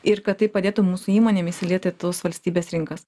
ir kad tai padėtų mūsų įmonėm įsiliet į tos valstybės rinkas